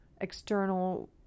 external